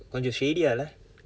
கொஞ்சம்:koncham shady ah இல்லை:illai